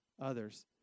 Others